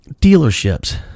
dealerships